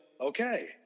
okay